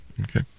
Okay